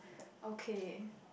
okay